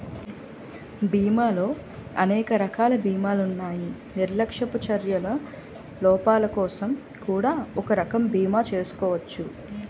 బీమాలో అనేక రకాల బీమాలున్నాయి నిర్లక్ష్యపు చర్యల లోపాలకోసం కూడా ఒక రకం బీమా చేసుకోచ్చు